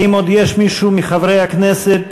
יש מישהו מחברי הכנסת